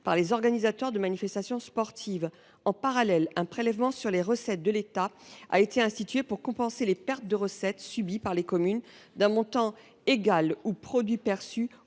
par les organisateurs de manifestations sportives. En parallèle, un prélèvement sur recettes de l’État avait été institué pour compenser les pertes subies par les communes, d’un montant égal au produit perçu